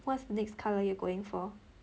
what's next colour you going for